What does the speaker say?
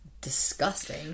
disgusting